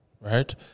right